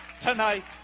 tonight